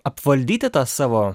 apvaldyti tą savo